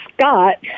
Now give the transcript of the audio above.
Scott